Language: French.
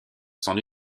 son